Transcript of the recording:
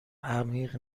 عمیق